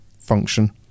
function